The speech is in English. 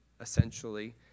essentially